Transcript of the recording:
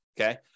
okay